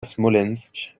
smolensk